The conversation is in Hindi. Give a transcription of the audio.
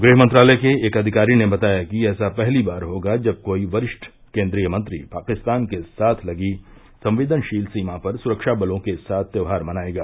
गृह मंत्रालय के एक अधिकारी ने बताया कि ऐसा पहली बार होगा जब कोई वरिष्ठ केन्द्रीय मंत्री पाकिस्तान के साथ लगी संवेदनशील सीमा पर सुरक्षा बलों के साथ त्यौहार मनाएगा